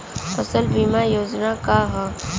फसल बीमा योजना का ह?